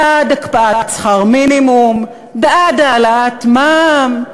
בעד הקפאת שכר המינימום, בעד העלאת מע"מ,